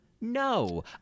No